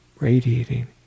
radiating